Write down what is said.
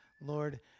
Lord